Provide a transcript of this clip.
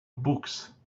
books